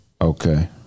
Okay